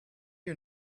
you